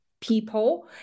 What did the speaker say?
people